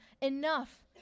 enough